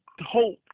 hope